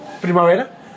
Primavera